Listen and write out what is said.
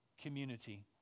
community